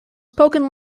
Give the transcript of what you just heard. spoken